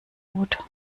rot